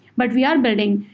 what we are building,